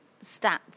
stats